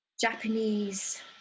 Japanese